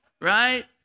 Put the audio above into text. right